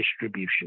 distribution